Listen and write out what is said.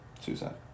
suicide